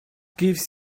gives